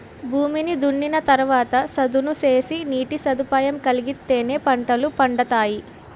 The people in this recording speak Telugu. భూమిని దున్నిన తరవాత చదును సేసి నీటి సదుపాయం కలిగిత్తేనే పంటలు పండతాయి